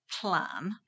plan